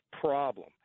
problem